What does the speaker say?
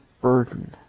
burden